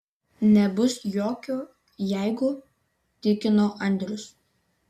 nebus jokio jeigu tikino andrius